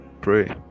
Pray